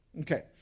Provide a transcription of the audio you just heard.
Okay